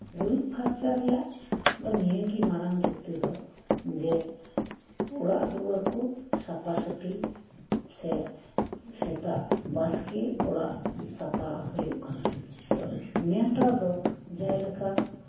ᱜᱩᱨᱤᱡ ᱯᱷᱟᱨᱪᱟ ᱨᱮᱭᱟᱜ ᱫᱚ ᱱᱤᱭᱟᱹᱜᱮ ᱢᱟᱨᱟᱝ ᱡᱩᱠᱛᱤ ᱫᱚ ᱡᱮ ᱚᱲᱟᱜ ᱫᱩᱣᱟᱹᱨ ᱠᱚ ᱥᱟᱯᱟ ᱥᱟᱯᱤ ᱥᱮ ᱥᱮᱛᱟᱜ ᱵᱟᱥᱠᱮ ᱚᱲᱟᱜ ᱥᱟᱯᱟ ᱦᱳᱭᱳᱜ ᱠᱟᱱᱟ ᱱᱮᱛᱟᱨ ᱫᱚ ᱡᱮᱞᱮᱠᱟ